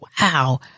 wow